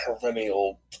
perennial